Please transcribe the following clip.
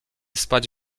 spać